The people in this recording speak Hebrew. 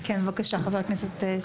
בבקשה, חבר הכנסת סימון דוידסון.